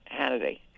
Hannity